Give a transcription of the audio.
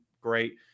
great